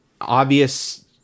obvious